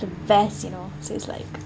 the best you know so it's like